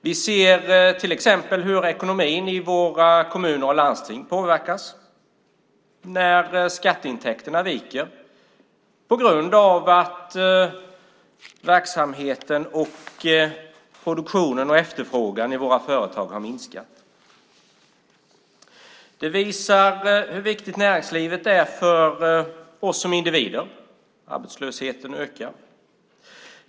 Vi ser till exempel hur ekonomin i våra kommuner och landsting påverkas när skatteintäkterna viker på grund av att verksamheten, produktionen och efterfrågan i våra företag har minskat. Det visar hur viktigt näringslivet är för oss som individer. Arbetslösheten ökar.